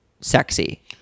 sexy